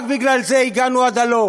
רק בגלל זה הגענו עד הלום.